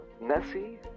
Nessie